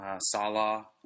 Salah